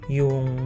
yung